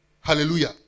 Hallelujah